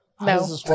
No